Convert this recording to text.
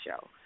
show